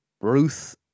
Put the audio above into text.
Ruth